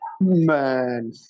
Man